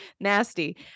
nasty